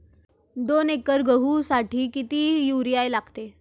दोन एकर गहूसाठी किती युरिया लागतो?